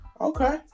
Okay